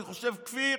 אני חושב כפיר,